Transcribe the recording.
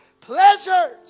Pleasures